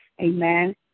amen